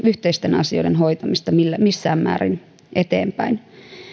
yhteisten asioiden hoitamista missään määrin eteenpäin